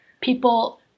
People